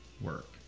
work